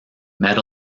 label